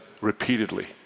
repeatedly